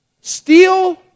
steal